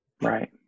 Right